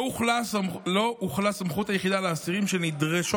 לא הוחלה סמכות היחידה על אסירים שנדרשות